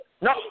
No